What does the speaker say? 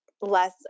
less